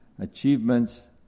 achievements